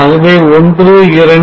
ஆகவே 1 2